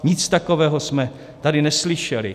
Nic takového jsme tady neslyšeli.